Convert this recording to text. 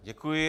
Děkuji.